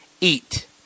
eat